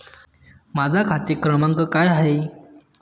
माझा खाते क्रमांक काय आहे?